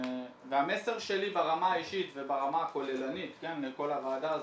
המסר שלי ברמה האישית וברמה הכוללנית לכל הוועדה הזאת,